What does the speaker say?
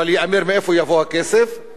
אבל ייאמר מאיפה יבוא הכסף,